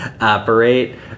operate